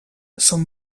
són